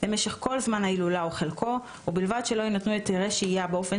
למשך כל זמן ההילולה או חלקו ובלבד שלא יינתנו היתרי שהייה באופן